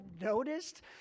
noticed